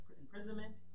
imprisonment